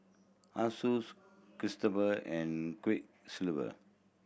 Asus Chipster and Quiksilver